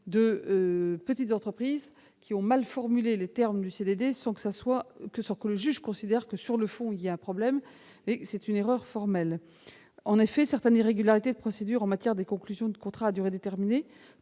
de petites entreprises qui ont mal formulé les termes d'un CDD sans que le juge considère qu'un problème se pose sur le fond : il s'agit d'une erreur formelle. En effet, certaines irrégularités de procédure en matière de conclusion des contrats à durée déterminée,